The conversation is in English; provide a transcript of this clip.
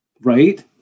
right